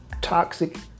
toxic